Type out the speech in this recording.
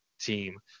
team